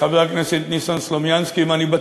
חבר הכנסת ניסן סלומינסקי, מה עמדתך כרגע?